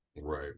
Right